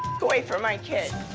away from my kid.